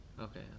Okay